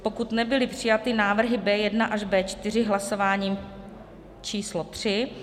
pokud nebyly přijaty návrhy B1 až B4 hlasováním č. tři